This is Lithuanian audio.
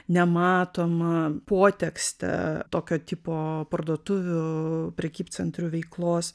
nematomą potekstę tokio tipo parduotuvių prekybcentrių veiklos